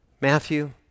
Matthew